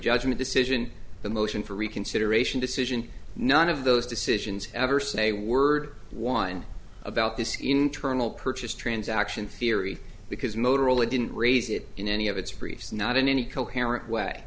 judgment decision the motion for reconsideration decision none of those decisions ever say a word one about this internal purchase transaction theory because motorola didn't raise it in any of its briefs not in any coherent way